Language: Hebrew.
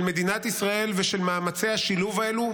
של מדינת ישראל ושל מאמצי השילוב האלו,